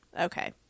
Okay